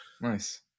Nice